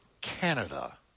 Canada